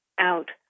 out